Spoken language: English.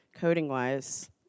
coding-wise